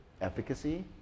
efficacy